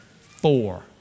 Four